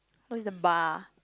oh is the bar